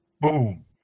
Boom